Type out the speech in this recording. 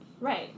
Right